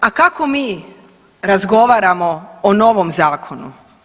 A kako mi razgovaramo o novom zakonu?